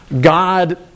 God